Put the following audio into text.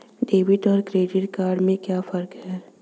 Debit और credit में क्या फर्क है?